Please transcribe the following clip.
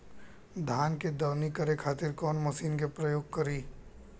धान के दवनी करे खातिर कवन मशीन के प्रयोग करी?